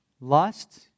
lust